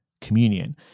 communion